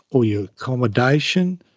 all your accommodation,